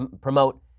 promote